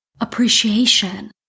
appreciation